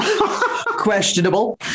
Questionable